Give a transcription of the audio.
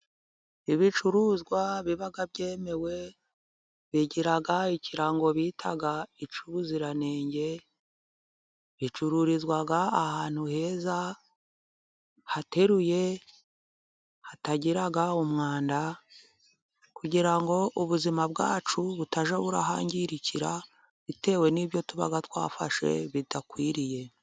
Ibicuruzwa biba byemewe, bigira ikirango bita icy'ubuziranenge, bicururizwa ahantu heza, hateruye, hatagira umwanda, kugira ngo ubuzima bwacu butajya burahangirikira, bitewe n'ibyo tuba twafashe bidakwiriye.